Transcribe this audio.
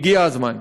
הגיע הזמן.